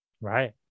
right